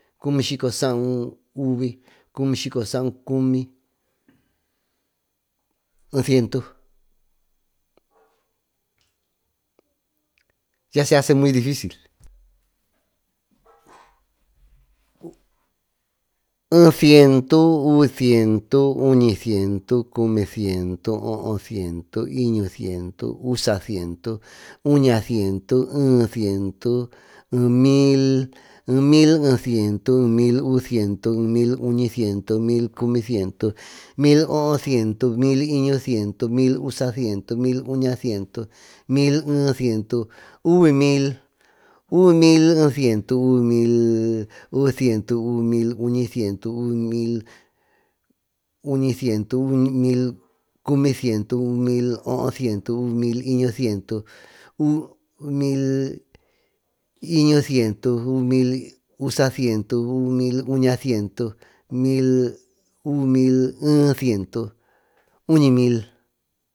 Ee siento, uvisiento, uñisiento, cumisiento, ohosiento, iñusiento, usasiento, uñasiento, ehesiento, ehemil, ehemilehesiento, ehemiluvisiento, ehemilcumisiento, ehemilohosiento, ehemiliñusiento, ehemilcumisiento, miliñusiento, milusasiento, miluñasiento. milehesiento, uvimil, uvimiluvisiento, uvimiluñisiento, uvimilcumisiento, uvimilohosiento, uvimiliñusiento, uvimilusasiento, uvimiluñasiento, uvimilehesiento, uñimil.